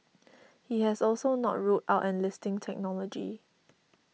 he has also not ruled out enlisting technology